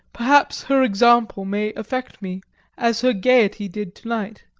perhaps her example may affect me as her gaiety did to-night.